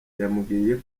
yambwiye